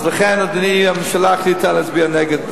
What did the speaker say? אז לכן, אדוני, הממשלה החליטה להצביע נגד החוק.